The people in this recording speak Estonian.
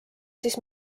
siis